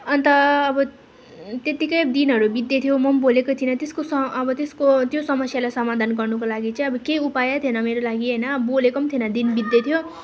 अन्त अब त्यत्तिकै दिनहरू बित्दैथ्यो म पनि बोलेको थिइनँ त्यसको सम् अब त्यसको त्यो समस्याको समाधान गर्नुको लागि चाहिँ केही उपाय थिएन मेरो लागि होइन बोलेको पनि थिएन दिन बित्दैथ्यो